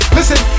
listen